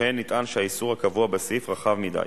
אני קובע שהצעת החוק עברה בקריאה שנייה.